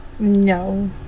No